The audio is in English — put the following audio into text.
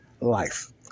life